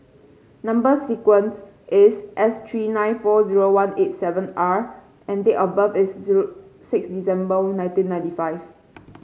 number sequence is S three nine four zero one eight seven R and date of birth is zero six December nineteen ninety five